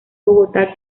bogotá